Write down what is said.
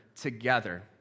together